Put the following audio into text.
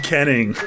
Kenning